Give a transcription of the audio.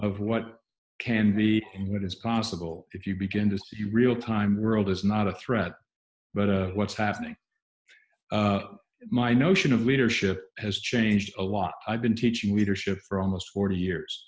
of what can be what is possible if you begin to see the real time world is not a threat but what's happening my notion of leadership has changed a lot i've been teaching leadership for almost forty